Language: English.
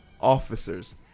officers